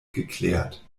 geklärt